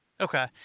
Okay